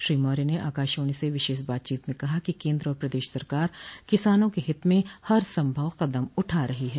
श्री मार्य ने आकाशवाणी से विशेष बातचीत में कहा कि केन्द्र और प्रदेश सरकार किसानों के हित में हर संभव कदम उठा रही है